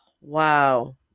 Wow